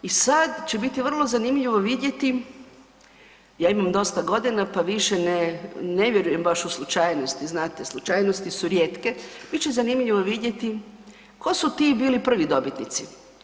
I sad će biti vrlo zanimljivo vidjeti, ja imam dosta godina, pa više ne, ne vjerujem baš u slučajnosti, znate slučajnosti su rijetke, bit će zanimljivo vidjeti ko su ti bili prvi dobitnici.